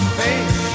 face